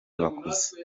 bakuze